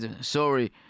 sorry